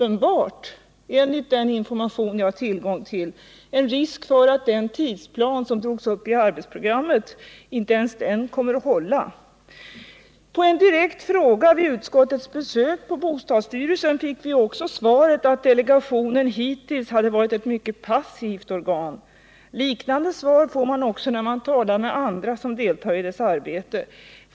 Enligt den information jag har finns det också en risk för att inte ens den tidsplan som drogs upp i arbetsprogrammet kommer att hålla. På en direkt fråga vid utskottets besök på bostadsstyrelsen fick vi också svaret att delegationen hittills hade varit ett mycket passivt organ. Liknande svar får man också när man talar med andra som deltagit i dess arbete.